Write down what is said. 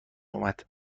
اومد